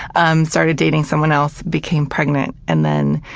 um started dating someone else, became pregnant, and then,